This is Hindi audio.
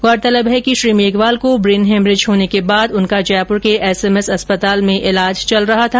गौरतलब है कि श्री मेघवाल को ब्रेन हेमरेज होने के बाद उनका जयपुर के एसएमएस अस्पताल में ईलाज चल रहा था